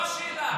זו השאלה.